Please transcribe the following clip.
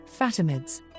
Fatimids